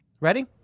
Ready